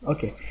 Okay